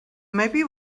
maybe